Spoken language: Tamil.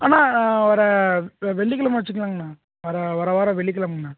அண்ணா வர வெ வெள்ளிக் கிலம வச்சுகளாங்ண்ணா வர வர வாரம் வெள்ளிக் கிலமைங்ண்ணா